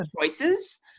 choices